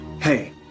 Hey